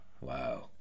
Wow